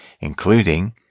including